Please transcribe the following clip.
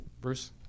Bruce